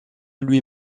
lui